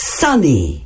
sunny